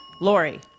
Lori